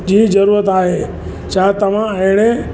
जी ज़रूरत आहे छा तव्हां अहिड़े